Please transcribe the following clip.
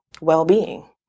well-being